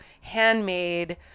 handmade